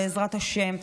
בעזרת השם,